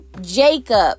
Jacob